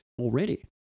already